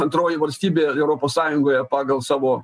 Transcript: antroji valstybė europos sąjungoje pagal savo